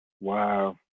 Wow